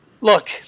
Look